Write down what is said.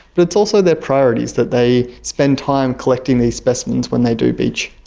but it's also their priorities, that they spend time collecting these specimens when they do beach.